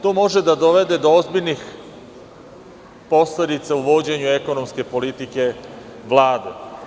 To može da dovede do ozbiljnih posledica u vođenju ekonomske politike Vlade.